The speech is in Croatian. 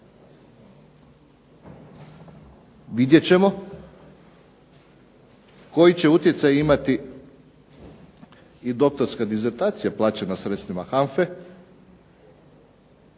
Vidjet ćemo koji će utjecaj imati i doktorska dizertacija plaćena sredstvima HANFA-e,